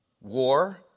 war